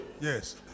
Yes